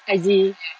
I_G